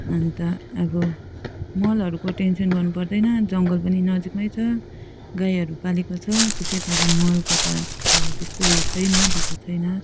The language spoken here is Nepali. अन्त अब मलहरूको टेन्सन गर्नु पर्दैन जङ्गल पनि नजिक नै छ गाईहरू पालेको छ त्यसै कारण मलको त अब त्यस्तो उयो छैन दुःख छैन